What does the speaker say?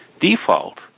default